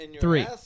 Three